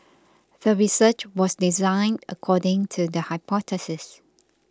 the research was designed according to the hypothesis